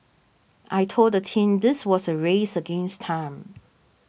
I told the team this was a race against time